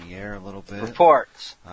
Reports